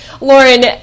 Lauren